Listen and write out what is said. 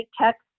text